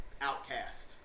outcast